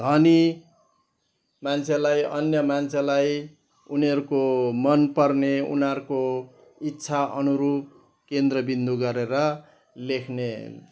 धनी मान्छेलाई अन्य मान्छेलाई उनीहरूको मनपर्ने उनीहरूको इच्छा अनुरूप केन्द्रबिन्दु गरेर लेख्ने